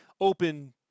open